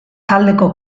taldeko